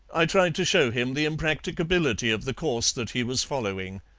i tried to show him the impracticability of the course that he was following.